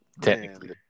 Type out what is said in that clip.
Technically